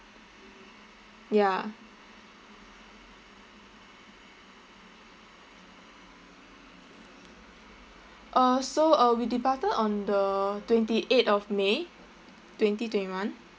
ya uh so uh we departed on the twenty eight of may twenty twenty one